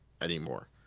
anymore